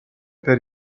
per